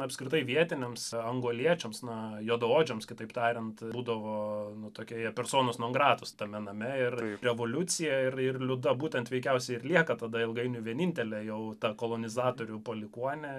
apskritai vietiniams angoliečiams na juodaodžiams kitaip tariant būdavo nu tokia jie personos non gratus tame name ir revoliucija ir ir liuda būtent veikiausiai ir lieka tada ilgainiui vienintelė jau ta kolonizatorių palikuonė